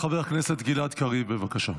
חבר הכנסת גלעד קריב, בבקשה.